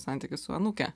santykis su anūke